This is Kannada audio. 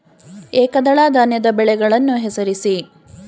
ಏಕದಳ ಧಾನ್ಯದ ಬೆಳೆಗಳನ್ನು ಹೆಸರಿಸಿ?